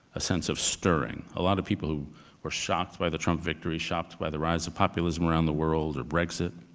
a sense of stirring. a lot of people who were shocked by the trump victory, shocked by the rise of populism around the world, brexit,